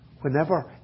whenever